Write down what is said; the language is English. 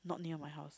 not near my house